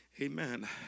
Amen